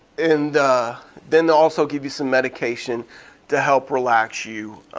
and then they'll also give you some medication to help relax you